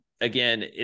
Again